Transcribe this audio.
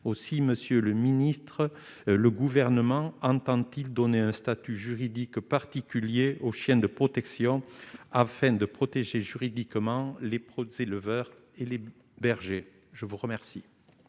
aussi Monsieur le ministre, le gouvernement entend-il donner un statut juridique particulier aux chiens de protection afin de protéger juridiquement les procès le verre et les bergers, je vous remercie.